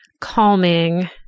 calming